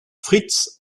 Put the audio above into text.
fritz